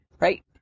right